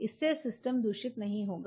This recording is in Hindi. इससे सिस्टम दूषित नहीं होगा